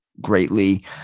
greatly